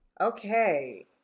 Okay